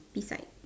beside